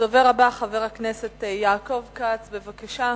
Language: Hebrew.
הדובר הבא, חבר הכנסת יעקב כץ, בבקשה.